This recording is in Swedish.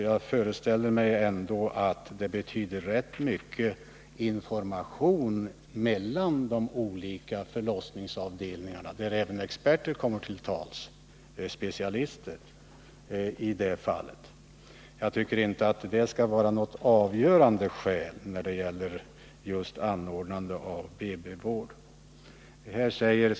Jag föreställer mig ändå att det betyder rätt mycket att det finns en information mellan de olika förlossningsavdelningarna, varvid även experter och specialister kommer till tals. Antalet förlossningar per år borde därför enligt min mening inte vara avgörande för om man skall anordna BB-vård vid länsdelslasarett.